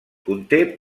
conté